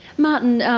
martin,